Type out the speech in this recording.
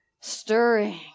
Stirring